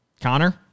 Connor